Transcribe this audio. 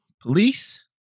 police